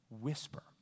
Whisper